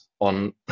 on